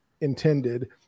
intended